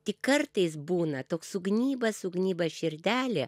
tik kartais būna toks sugnyba sugnyba širdelė